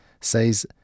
says